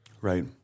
right